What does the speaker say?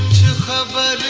to cover